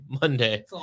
Monday